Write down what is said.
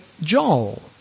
Joel